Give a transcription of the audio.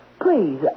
please